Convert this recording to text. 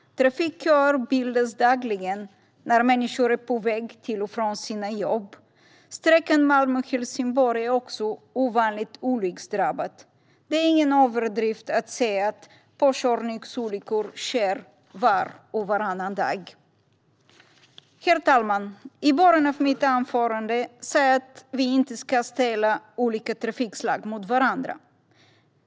Trafikköer bildas dagligen när människor är på väg till och från sina jobb. Sträckan Malmö-Helsingborg är också ovanligt olycksdrabbad. Det är ingen överdrift att säga att påkörningsolyckor sker var och varannan dag. Herr talman! I början av mitt anförande sa jag att vi inte ska ställa olika trafikslag mot varandra.